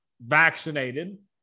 vaccinated